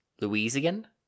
Louisiana